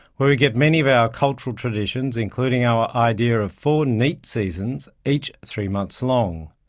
where we get many of our cultural traditions including our idea of four neat seasons, each three months long.